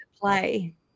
play